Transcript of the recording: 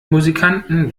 musikanten